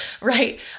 right